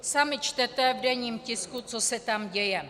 Sami čtete v denní tisku, co se tam děje.